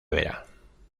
vera